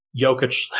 Jokic